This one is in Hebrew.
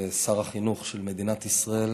כשר החינוך של מדינת ישראל,